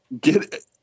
get